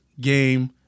game